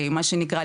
מה שנקרא,